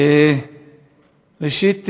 ראשית,